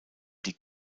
die